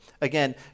Again